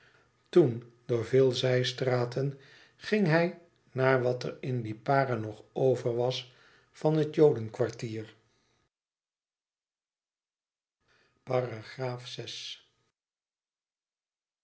toen door veel zijstraten ging hij naar wat er in lipara nog over was van het jodenkwartier